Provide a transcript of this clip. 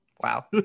Wow